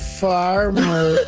farmer